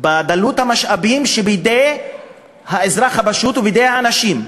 בדלות המשאבים שבידי האזרח הפשוט, בידי האנשים,